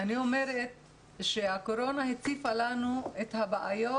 אני אומרת שהקורונה הציפה לנו את הבעיות